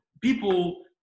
people